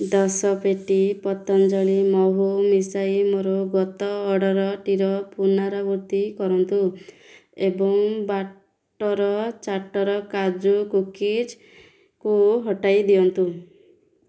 ଦଶ ପେଟି ପତଞ୍ଜଳି ମହୁ ମିଶାଇ ମୋର ଗତ ଅର୍ଡ଼ର୍ଟିର ପୁନରାବୃତ୍ତି କରନ୍ତୁ ଏବଂ ବାଟ୍ଟର ଚାଟ୍ଟର କାଜୁ କୁକିଜ୍କୁ ହଟାଇ ଦିଅନ୍ତୁ